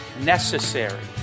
necessary